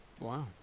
Wow